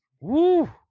Woo